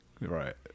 Right